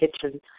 kitchen